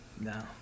no